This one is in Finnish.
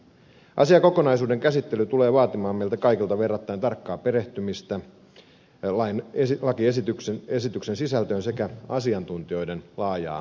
asiakokonaisuuden käsittely tulee vaatimaan meiltä kaikilta verrattain tarkkaa perehtymistä lakiesityksen sisältöön sekä asiantuntijoiden laajaa kuulemista